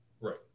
Right